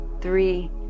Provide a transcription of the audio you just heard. three